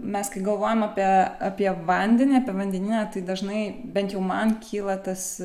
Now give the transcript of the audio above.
mes kai galvojame apie apie vandenį apie vandenyną tai dažnai bent jau man kyla tas